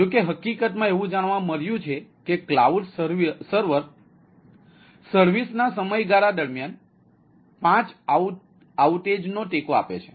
જોકે હકીકતમાં એવું જાણવા મળ્યું છે કે ક્લાઉડ સર્વર સર્વિસના સમયગાળા દરમિયાન 5 આઉટેજને ટેકો આપે છે